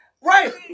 Right